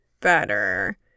better